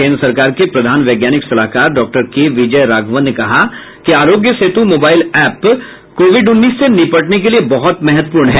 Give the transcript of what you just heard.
केंद्र सरकार के प्रधान वैज्ञानिक सलाहकार डॉक्टर के विजय राघवन ने कहा कि Aarogya Setu mobile app Covid उन्नीस से निपटने के लिए बहुत महत्वपूर्ण है